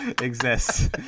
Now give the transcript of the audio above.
exists